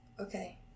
Okay